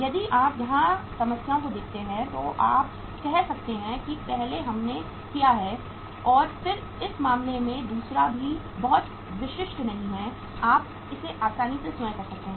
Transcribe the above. यदि आप यहां की समस्याओं को देखते हैं तो आप कह सकते हैं कि पहले हमने किया है और फिर इस मामले में दूसरा भी बहुत विशिष्ट नहीं है आप इसे आसानी से स्वयं कर सकते हैं